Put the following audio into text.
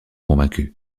convaincus